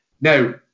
now